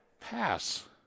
Pass